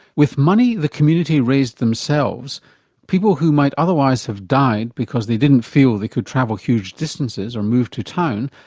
with money the community raised themselves people who might otherwise have died because they didn't feel they could travel huge distances or move to town,